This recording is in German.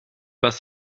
was